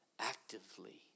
actively